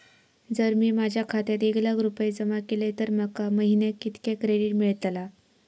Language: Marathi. जर मी माझ्या खात्यात एक लाख रुपये जमा केलय तर माका महिन्याक कितक्या क्रेडिट मेलतला?